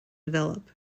develop